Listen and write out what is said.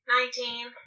Nineteen